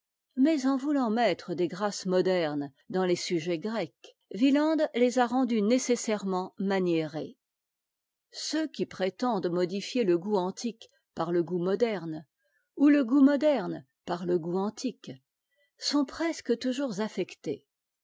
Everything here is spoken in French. mais en voulant mettre des grâces modernes dans les sujets grecs wieland les a rendus nécessairement maniérés ceux qui prétendent modifier le goût antique par le goût moderne ou le goût moderne par le goût antique sont presque toujours affectés